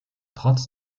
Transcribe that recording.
trotz